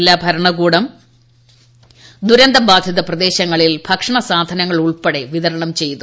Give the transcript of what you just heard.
ജില്ലാ ഭരണകൂടം ദുരന്തബാധിത പ്രദേശങ്ങളിൽ ഭക്ഷണസാധനങ്ങൾ ഉൾപ്പെടെ വിതരണം ചെയ്തു